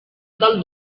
del